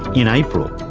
in april,